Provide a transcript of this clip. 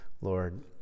Lord